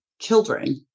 children